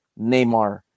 Neymar